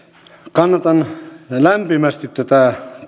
kannatan lämpimästi tätä